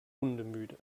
hundemüde